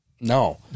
no